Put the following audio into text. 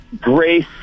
Grace